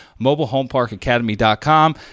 mobilehomeparkacademy.com